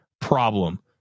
problem